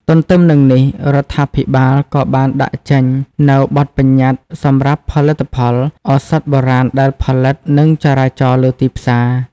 ទទ្ទឹមនឹងនេះ រដ្ឋាភិបាលក៏បានដាក់ចេញនូវបទប្បញ្ញត្តិសម្រាប់ផលិតផលឱសថបុរាណដែលផលិត និងចរាចរណ៍លើទីផ្សារ។